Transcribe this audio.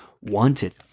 wanted